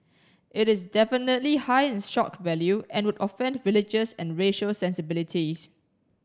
it is definitely high in shock value and would offend religious and racial sensibilities